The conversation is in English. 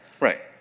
right